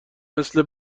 مثل